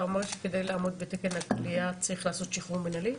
אתה אומר שכדי לעמוד בתקן הכליאה צריך לעשות שחרור מנהלי?